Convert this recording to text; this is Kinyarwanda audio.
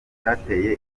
cyateye